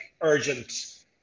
urgent